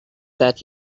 that